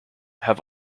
have